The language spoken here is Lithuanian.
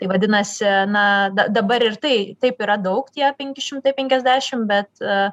vadinasi na da dabar ir tai taip yra daug tie penki šimtai penkiasdešim bet